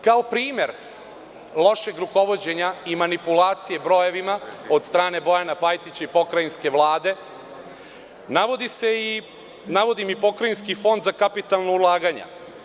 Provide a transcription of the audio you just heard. Kao primer lošeg rukovođenja i manipulacije brojevima od strane Bojana Pajtića i Pokrajinske vlade, navodim i Pokrajinski fond za kapitalna ulaganja.